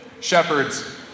shepherds